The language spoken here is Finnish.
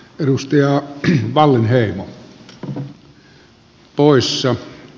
arvoisa herra puhemies